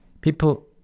people